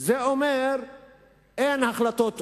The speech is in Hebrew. זה אומר שאין החלטות או"ם,